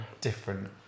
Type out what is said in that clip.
different